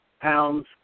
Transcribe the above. pounds